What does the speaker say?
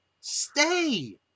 Stay